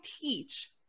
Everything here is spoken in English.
teach